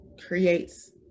creates